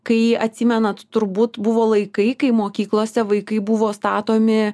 kai atsimenat turbūt buvo laikai kai mokyklose vaikai buvo statomi